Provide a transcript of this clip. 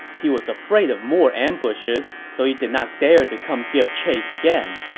he was afraid of more ambushes, so he did not dare to come give chase again.